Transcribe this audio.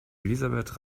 elisabeth